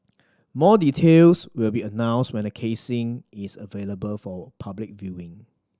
more details will be announced when the casing is available for public viewing